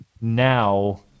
now